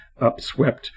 upswept